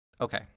Okay